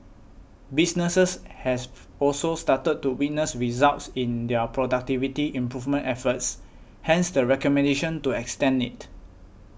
businesses have also started to witness results in their productivity improvement efforts hence the recommendation to extend it